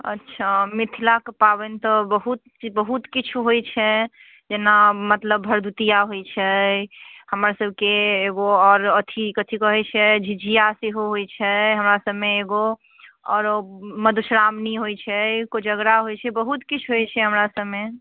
अच्छा मिथिला कऽ पाबनि तऽ बहुत चि बहुत किछु होइत छै जेना मतलब भरदुतिआ होइत छै हमर सभकेँ एगो आओर अथी कथी कहैत छै झिझिआ सेहो होइत छै हमरा सभमे एगो आओर मधुश्राओणी होइत छै कोजगरा होइत छै बहुत किछु होइत छै हमरा सभमे